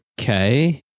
Okay